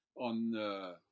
on